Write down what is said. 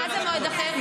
מה זה מועד אחר?